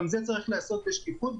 גם זה צריך להיעשות בשקיפות,